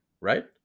right